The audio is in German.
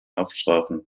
haftstrafen